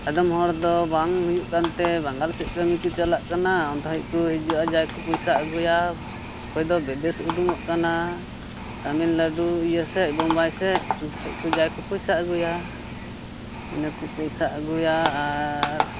ᱟᱫᱚᱢ ᱦᱚᱲᱫᱚ ᱵᱟᱝ ᱦᱩᱭᱩᱜ ᱠᱟᱱᱛᱮ ᱵᱟᱝᱜᱟᱞ ᱥᱮᱫ ᱠᱟᱹᱢᱤ ᱠᱚ ᱪᱟᱞᱟᱜ ᱠᱟᱱᱟ ᱚᱱᱛᱮ ᱠᱷᱚᱡ ᱠᱚ ᱦᱤᱡᱩᱜ ᱠᱟᱱᱟ ᱡᱟᱜᱮᱠᱚ ᱯᱚᱭᱥᱟ ᱟᱹᱜᱩᱭᱟ ᱚᱠᱚᱭ ᱫᱚ ᱵᱤᱫᱮᱥ ᱩᱰᱩᱠᱚᱜ ᱠᱟᱱᱟ ᱛᱟᱹᱢᱤᱞᱱᱟᱹᱰᱩ ᱤᱭᱟᱹ ᱵᱳᱢᱵᱟᱭ ᱥᱮᱫ ᱚᱱᱛᱮ ᱠᱷᱚᱡ ᱡᱟ ᱜᱮᱠᱚ ᱯᱚᱭᱥᱟ ᱟᱹᱜᱩᱭᱟ ᱤᱱᱟᱹ ᱠᱚ ᱯᱚᱭᱥᱟ ᱟᱹᱜᱩᱭᱟ ᱟᱨ